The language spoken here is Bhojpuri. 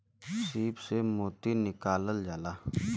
सीप से मोती निकालल जाला